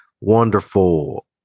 wonderful